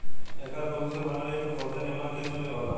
एकर खुशबू से बनल इत्र बहुते निमन किस्म के होला